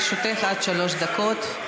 לרשותך עד שלוש דקות.